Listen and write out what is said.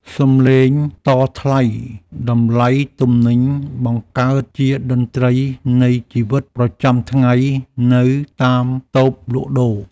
សំឡេងតថ្លៃតម្លៃទំនិញបង្កើតជាតន្ត្រីនៃជីវិតប្រចាំថ្ងៃនៅតាមតូបលក់ដូរ។